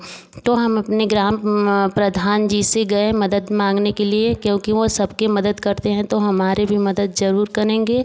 तो हम अपने ग्राम प्रधान जी से गए मदद मांगने के लिए क्योंकि वह सब के मदद करते हैं तो हमारे भी मदद ज़रूर करेंगे